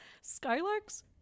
skylarks